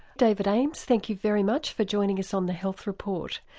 david ames, thank you very much for joining us on the health report.